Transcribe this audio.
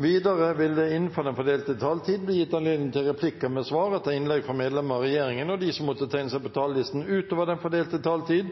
Videre vil det – innenfor den fordelte taletid – bli gitt anledning til replikker med svar etter innlegg fra medlemmer av regjeringen, og de som måtte tegne seg på talerlisten utover den fordelte taletid,